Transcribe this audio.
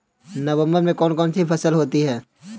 नवंबर में कौन कौन सी फसलें होती हैं?